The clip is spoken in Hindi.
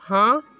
हाँ